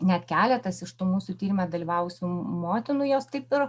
net keletas iš tų mūsų tyrime dalyvavusių motinų jos taip ir